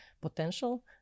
potential